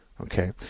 Okay